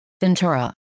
Ventura